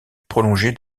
prolongée